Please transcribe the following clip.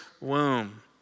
womb